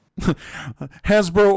Hasbro